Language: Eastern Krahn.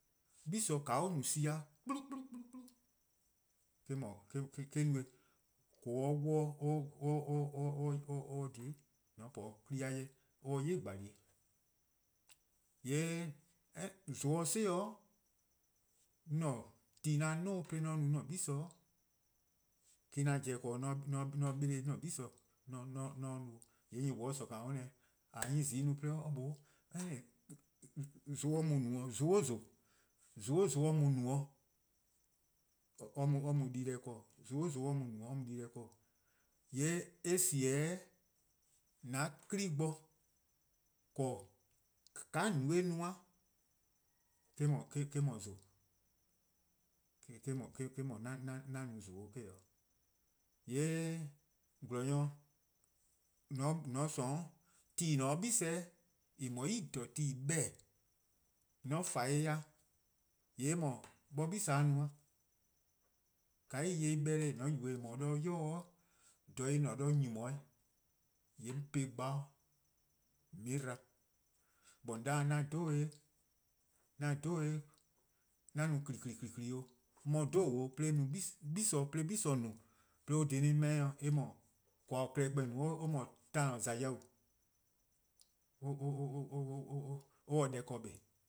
Gle :ka eh no-a sin-a 'kplu 'kplu 'kplu 'kplu eh-: no-eh :koo:-a 'wluh 'de a. or :dhiei', :mor :on po 'de 'kpa+-a 'jeh or 'yi :gbalie'. :yee' :mor zon 'si-dih, 'an ti 'an 'duo:-a 'de 'an no 'an gle me-: 'an pobo ken dih 'de 'an 'beleh 'an-a' gle. :yee' :mor on :sorn :yee' on 'da, :ka 'nyne 'nynezi no 'de or mlor any zon or mu-a no-' zon 'o zon, zon 'o zon or mu-a no-' or mu dii-deh :korn, zon 'o zon or mu-a no-' or mu dii-deh :korn, :yee' eh :sie: 'de an 'kpa bo 'dekorn: :ka :on no eh no-a eh-: 'dhu zon-', :yee' eh-: 'dhu 'an no zon 'o eh-: 'o. :yee' :gwlor-nyor, :mor :on :sorn on tu+ :en :ne-a 'de 'gle :en no-a tu+ :klaba'+ :en 'beh-a :mor :on taa-ih 'ple-eh :yee' 'bor 'gle-a no-a, :ka eh 'ye en 'beh :mor :on yubo-eh 'de ybei' 'do :dha en :ne-a 'do nyni-: 'yi :yee' po-ih gba :on 'ye-ih dba. :mor :on 'de 'an 'dhobo-' 'an no :kli :kli 'o 'on 'ye 'dhobo: 'o 'de gle :on no-a eh dhih-a 'meh-dih, eh :mor :koan'-a klehkpeh :on no-a or mor :taan: :za yau:. or se deh ken 'kpa.